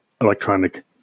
electronic